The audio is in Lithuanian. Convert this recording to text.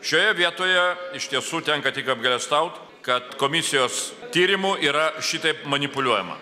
šioje vietoje iš tiesų tenka tik apgailestaut kad komisijos tyrimu yra šitaip manipuliuojama